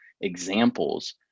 examples